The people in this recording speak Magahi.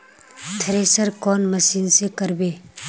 थरेसर कौन मशीन से करबे?